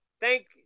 thank